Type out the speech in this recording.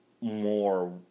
more